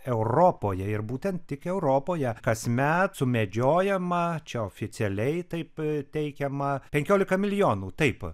europoje ir būtent tik europoje kasmet sumedžiojama čia oficialiai taip teikiama penkiolika milijonų taip